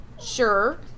Sure